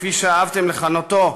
כפי שאהבתם לכנותו,